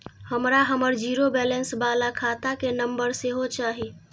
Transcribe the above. हमरा हमर zero balance बाला खाता के नम्बर सेहो चाही